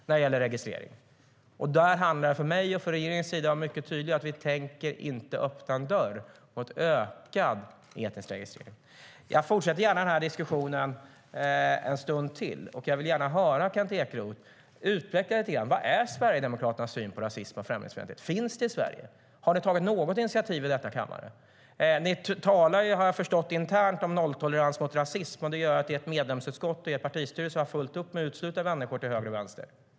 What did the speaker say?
Där handlar det för mig och för regeringen om att vara mycket tydliga med att vi inte tänker öppna en dörr mot ökad etnisk registrering. Jag fortsätter gärna den här diskussionen en stund till, och jag vill gärna höra Kent Ekeroth utveckla lite grann vad som är Sverigedemokraternas syn på rasism och främlingsfientlighet. Finns det i Sverige? Har ni tagit något initiativ i denna kammare? Ni talar, har jag förstått, internt om nolltolerans mot rasism, och det gör att ert medlemsutskott och er partistyrelse har fullt upp med att utesluta människor till höger och vänster.